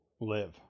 live